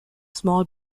small